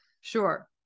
sure